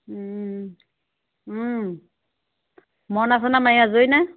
মৰণা চৰনা মাৰি আজৰি ন